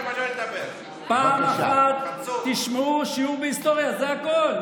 פעם אחת תשמעו שיעור בהיסטוריה, זה הכול.